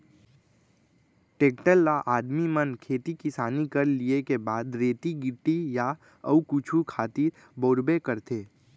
tractor ल आदमी मन खेती किसानी कर लिये के बाद रेती गिट्टी या अउ कुछु खातिर बउरबे करथे